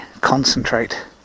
concentrate